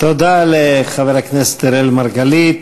תודה לחבר הכנסת אראל מרגלית.